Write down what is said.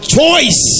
Choice